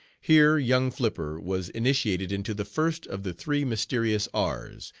here young flipper was initiated into the first of the three mysterious r's,